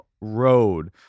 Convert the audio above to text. road